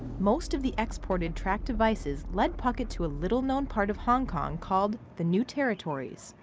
most of the exported tracked devices led puckett to a little known part of hong kong called the new territories.